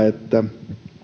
että